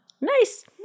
Nice